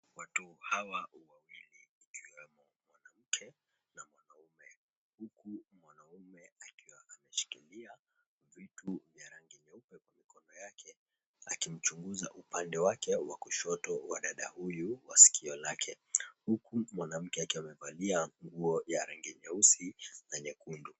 Watu hawa wawili ikiwemo mwanaume na mwanamke huku mwanaume akiwameshikilia vitu vya rangi nyeupe kwa mikono yake ,akimchunguza upande wake wa kushoto wa dada huyu kwa sikio lake huku mwanamke akiwa amevalia nguo ya rangi nyeusi na nyekundu.